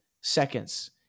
seconds